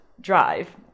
drive